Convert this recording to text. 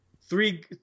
three